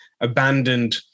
abandoned